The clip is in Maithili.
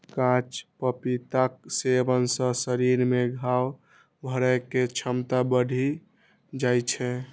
कांच पपीताक सेवन सं शरीर मे घाव भरै के क्षमता बढ़ि जाइ छै